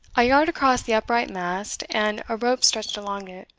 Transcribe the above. a yard across the upright mast, and a rope stretched along it,